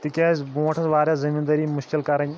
تِکیٛازِ برٛونٛٹھ ٲس واریاہ زٔمیٖندٲری مُشکِل کَرٕنۍ